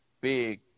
big